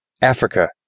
Africa